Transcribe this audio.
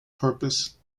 purpose